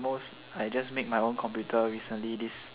most I just make my own computer recently this